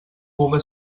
puga